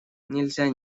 нельзя